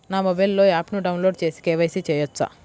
నా మొబైల్లో ఆప్ను డౌన్లోడ్ చేసి కే.వై.సి చేయచ్చా?